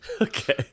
Okay